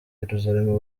yerusalemu